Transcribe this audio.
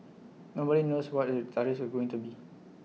nobody knows what the tariffs are going to be